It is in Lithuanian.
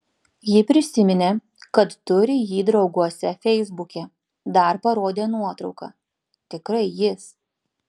ji prisiminė kad turi jį drauguose feisbuke dar parodė nuotrauką tikrai jis